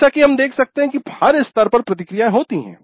जैसा कि हम देख सकते हैं कि हर स्तर पर प्रतिक्रियाएँ होती हैं